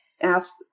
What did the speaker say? ask